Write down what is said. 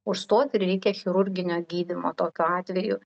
užstot ir reikia chirurginio gydymo tokiu atveju